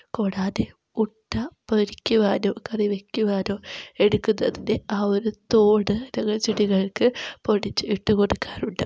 കൂടാതെ മുട്ട പൊരിക്കുവാനോ കറി വയ്ക്കുവാനോ എടുക്കുന്നതിൻ്റെ ആ ഒരു തോട് ഞങ്ങൾ ചെടികൾക്ക് പൊടിച്ച് ഇട്ട് കൊടുക്കാറുണ്ട്